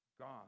God